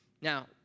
now